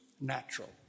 natural